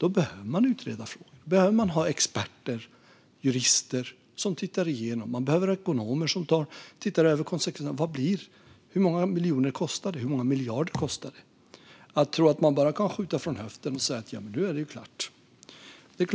Man behöver utreda frågan, man behöver experter och jurister som tittar igenom det och man behöver ekonomer som ser över konsekvenserna och hur många miljoner eller miljarder det kommer att kosta. De tror att man bara kan skjuta från höften och säga: "Nu är det klart." Men